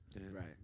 Right